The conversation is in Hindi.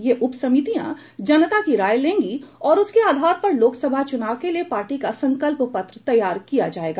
यह उपसमितियां जनता की राय लेंगी और उसके आधार पर लोकसभा चूनाव के लिए पार्टी का संकल्पपत्र तैयार किया जाएगा